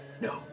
No